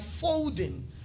folding